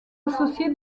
associé